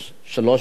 שלוש דקות.